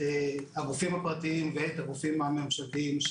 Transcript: הרופאים הפרטיים ואת הרופאים הממשלתיים,